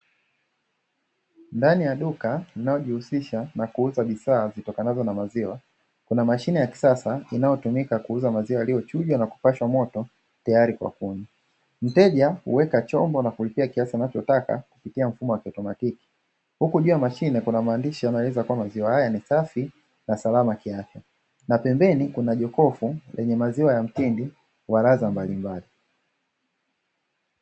Ndani ya duka linaojihusisha na kuuza bidhaa zitokanazo na maziwa, kuna mashine ya kisasa inayotumika kuuza maziwa yaliyochujwa na kupashwa moto tayari kwa kunywa. Mteja huweka chombo na kulipia kiasi anachotaka kupitia mfumo wa kiautomatiki huku juu ya mashine kuna maandishi yanayoeleza kuwa maziwa haya ni safi na salama kiafya na pembeni kuna jokofu lenye maziwa ya mtindi wa ladha mbalimbali.